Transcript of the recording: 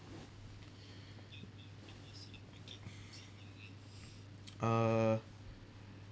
uh